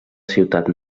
ciutat